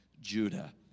Judah